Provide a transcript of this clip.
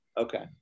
Okay